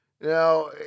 Now